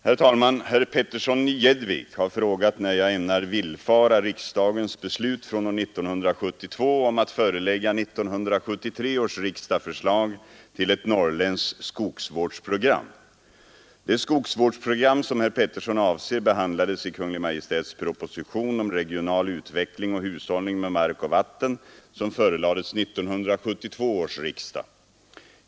Herr talman! Herr Petersson i Gäddvik har frågat när jag ämnar villfara riksdagens beslut från år 1972 om att förelägga 1973 års riksdag förslag till ett norrländskt skogsvårdsprogram. Det skogsvårdsprogram som herr Petersson avser behandlades i Kungl. Maj:ts proposition om regional utveckling och hushållning med mark och vatten som förelades 1972 års riksdag.